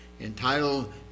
entitled